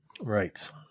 Right